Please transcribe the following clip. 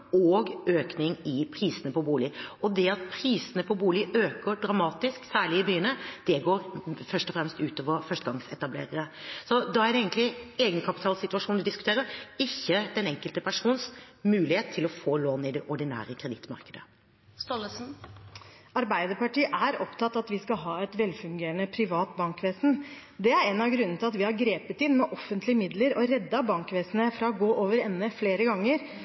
og økning i prisene på bolig, og det at prisene på bolig øker dramatisk, særlig i byene, går først og fremst ut over førstegangsetablerere. Så da er det egentlig egenkapitalsituasjonen vi diskuterer, ikke den enkelte persons mulighet til å få lån i det ordinære kredittmarkedet. Arbeiderpartiet er opptatt av at vi skal ha et velfungerende privat bankvesen. Det er en av grunnene til at vi har grepet inn med offentlige midler og reddet bankvesenet fra å gå over ende flere ganger